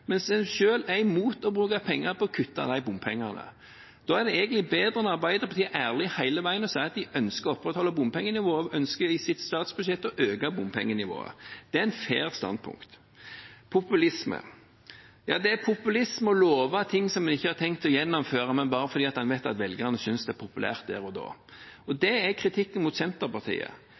mens en selv er imot å bruke penger på å kutte de bompengene. Da er det egentlig bedre at Arbeiderpartiet er ærlig hele veien og sier at de ønsker å opprettholde bompengenivået og ønsker i sitt statsbudsjett å øke bompengenivået. Det er et fair standpunkt. Populisme: Ja, det er populisme å love ting – som en ikke har tenkt å gjennomføre – bare fordi en vet at velgerne synes det er populært der og da. Kritikken mot Senterpartiet er at Senterpartiet